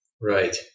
Right